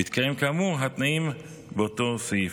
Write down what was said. בהתקיים התנאים כאמור באותו סעיף.